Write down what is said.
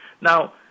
now